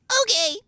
Okay